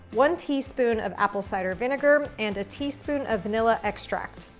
one teaspoon of apple cider vinegar, and a teaspoon of vanilla extract.